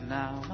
now